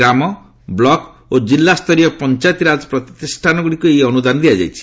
ଗ୍ରାମ block ଓ ଜିଲ୍ଲାସ୍ତରୀୟ ପଞ୍ଚାୟତିରାଜ ପ୍ରତିଷ୍ଠାନଗୁଡ଼ିକୁ ଏହି ଅନୁଦାନ ଦିଆଯାଇଛି